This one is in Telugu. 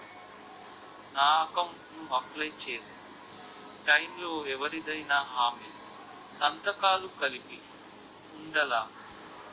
నా అకౌంట్ ను అప్లై చేసి టైం లో ఎవరిదైనా హామీ సంతకాలు కలిపి ఉండలా?